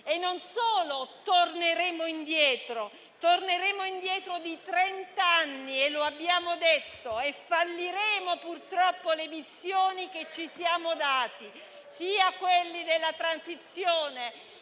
- non solo torneremo indietro, ma torneremo indietro di trent'anni, lo abbiamo detto, e falliremo purtroppo le missioni che ci siamo dati, sia quella della transizione